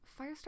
Firestar